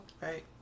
Right